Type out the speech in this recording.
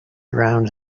around